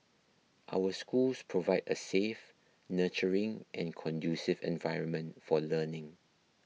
our schools provide a safe nurturing and conducive environment for learning